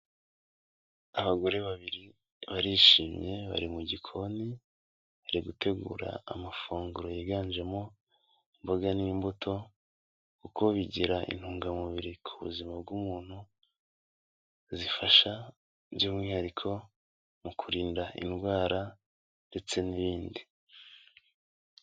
Abagore babiri barishimye bari mu gikoni, bari gutegura amafunguro yiganjemo imboga n'imbuto kuko bigira intungamubiri ku buzima bw'umuntu zifasha, by'umwihariko mu kurinda indwara ndetse n'ibindi.